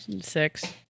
Six